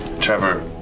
Trevor